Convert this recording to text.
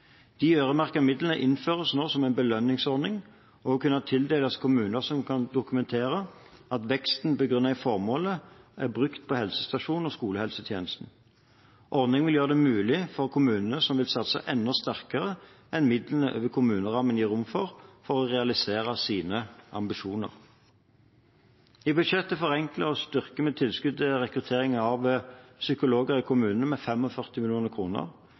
De øremerkede midlene innføres nå som en belønningsordning, og vil kunne tildeles kommuner som kan dokumentere at veksten begrunnet i formålet er brukt på helsestasjons- og skolehelsetjenesten. Ordningen vil gjøre det mulig for kommuner som vil satse enda sterkere enn midlene over kommunerammen gir rom for, å få realisert sine ambisjoner. I budsjettet forenkler og styrker vi tilskuddet til rekrutteringer av psykologer i kommunene med